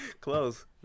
Close